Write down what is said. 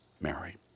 Mary